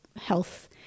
health